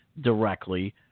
directly